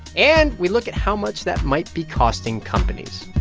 and we look at how much that might be costing companies